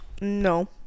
No